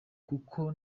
kuko